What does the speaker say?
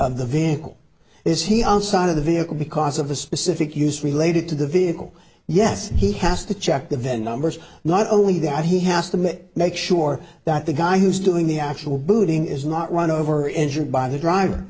of the vehicle is he on side of the vehicle because of the specific use related to the vehicle yes he has to check the vent numbers not only that he has to make sure that the guy who's doing the actual booting is not run over or injured by the driver